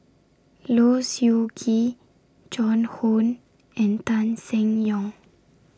Low Siew Nghee Joan Hon and Tan Seng Yong